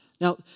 Now